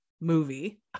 movie